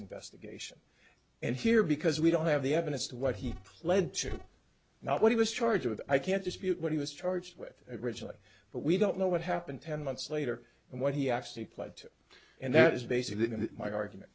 investigation and here because we don't have the evidence to what he pled to not what he was charged with i can't dispute what he was charged with originally but we don't know what happened ten months later and what he actually played to and that is basically my argument